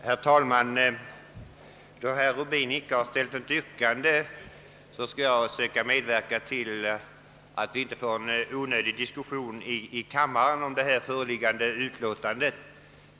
Herr talman! Då herr Rubin inte ställt något yrkande skall jag söka medverka till att vi inte får en onödig diskussion i kammaren om föreliggande utlåtande.